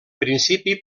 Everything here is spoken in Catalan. principi